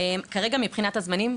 כרגע מבחינת הזמנים,